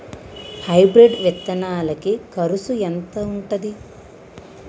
Hybrid విత్తనాలకి కరుసు ఎంత ఉంటది?